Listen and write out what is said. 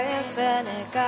infinite